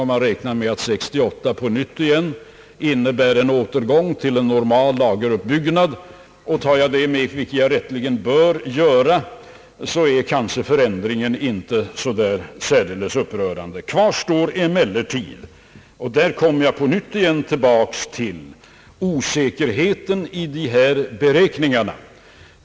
Om man räknar med att år 1968 skall innebära en återgång till en normal lageruppbyggnad — en bedömning som jag tycker att man rätteligen bör göra — blir kanske inte förändringen av bytesbalansen särdeles upprörande. Jag kommer emellertid tillbaka till osäkerheten i de gjorda beräkningarna.